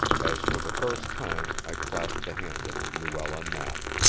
as for the first time i clasped the hand of luella knapp.